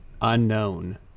unknown